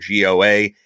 GOA